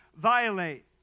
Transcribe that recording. violate